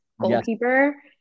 goalkeeper